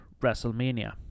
Wrestlemania